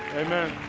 amen.